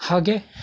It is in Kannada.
ಹಾಗೆ